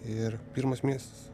ir pirmas miestas